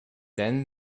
then